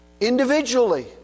Individually